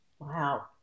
Wow